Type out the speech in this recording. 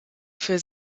für